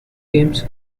games